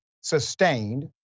sustained